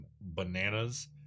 Bananas